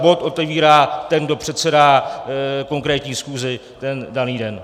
Bod otevírá ten, kdo předsedá konkrétní schůzi ten daný den.